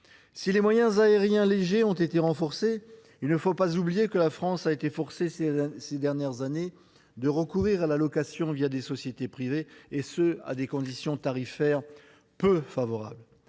Si les moyens aériens légers ont été renforcés, il ne faut pas oublier que la France a été forcée ces dernières années de recourir à la location au travers des sociétés privées, et ce à des conditions tarifaires peu favorables.